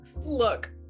Look